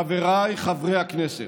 חבריי חברי הכנסת,